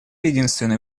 единственный